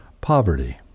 poverty